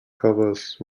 covers